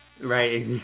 Right